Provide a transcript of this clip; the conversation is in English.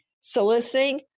soliciting